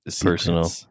personal